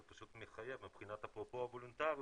זה פשוט מחייב מבחינת אפרופו הוולונטריות,